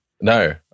No